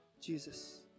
Jesus